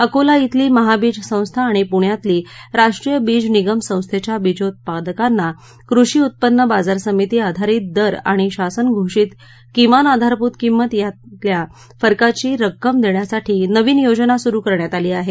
अकोला इथली महाबीज संस्था आणि पूण्यातली राष्ट्रीय बीज निगम संस्थेच्या बीजोत्पादकांना कृषी उत्पन्न बाजार समिती आधारित दर आणि शासन घोषित किमान आधारभूत किंमत यामधल्या फरकाची रक्कम देण्यासाठी नवीन योजना सुरु करण्यात आली आहे